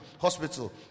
hospital